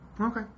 Okay